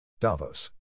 Davos